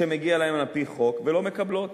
שמגיע להן על-פי חוק ולא מקבלות